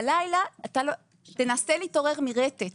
בלילה תנסה להתעורר מרטט.